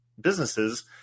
businesses